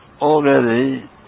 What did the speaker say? already